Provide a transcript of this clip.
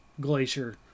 glacier